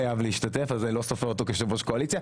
חייב להשתתף אז אני לא סופר אותו כיושב ראש הקואליציה.